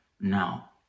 now